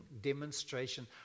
demonstration